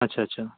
अच्छा अच्छा